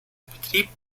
betrieb